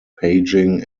paging